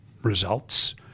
results